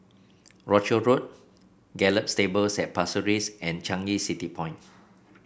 Rochor Road Gallop Stables at Pasir Ris and Changi City Point